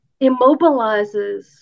immobilizes